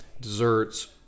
desserts